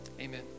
Amen